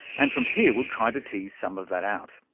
and from here we'll try to tease some of that out.